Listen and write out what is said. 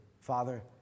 Father